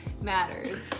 matters